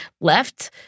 left